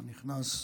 והנכנס,